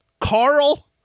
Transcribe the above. Carl